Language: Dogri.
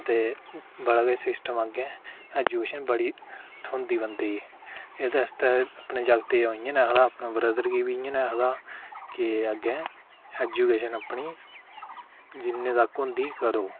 ते बड़ा किश सिस्टम अग्गें एजूकेशन बड़ी थ्होंदी बंदे ई एह्दे आस्तै अपने जागते गी अं'ऊ इं'या निं आखदा की ब्रदर गी बी इं'यै निं आखदा के अग्गें एजूकेशन अपनी जि'न्नै तक्क होंदी करो